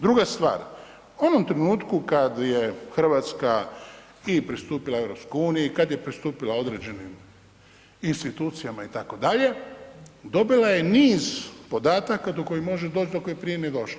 Druga stvar, u onom trenutku kad je Hrvatska i pristupila EU, kad je pristupila određenim institucijama itd., dobila je niz podataka do kojih može doć do kojih prije nije došla.